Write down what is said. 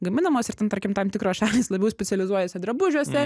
gaminamos ir ten tarkim tam tikros šalys labiau specializuojasi drabužiuose